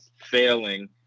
failing